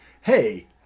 hey